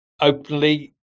openly